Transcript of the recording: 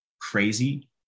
Crazy